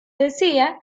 decía